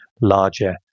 larger